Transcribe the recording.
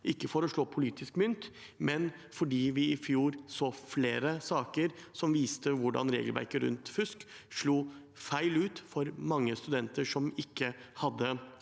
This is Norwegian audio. ikke for å slå politisk mynt, men fordi vi i fjor så flere saker som viste hvordan regelverket rundt fusk slo feil ut for mange studenter som ikke hadde